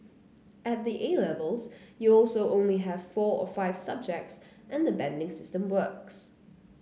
at the A Levels you also only have four or five subjects and the banding system works